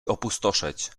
opustoszeć